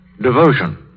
devotion